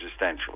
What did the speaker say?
existentially